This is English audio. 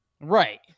Right